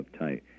uptight